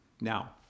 now